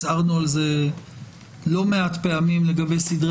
הצהרנו על זה לא מעט פעמים לגבי סדרי